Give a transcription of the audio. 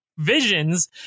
visions